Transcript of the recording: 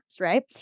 right